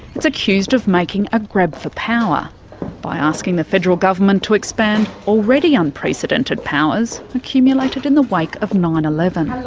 it's accused of making a grab for power by asking the federal government to expand already unprecedented powers, accumulated in the wake of nine zero and